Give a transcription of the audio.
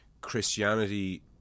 Christianity